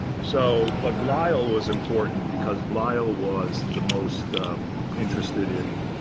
so but bleyl was important because bleyl was the most interested in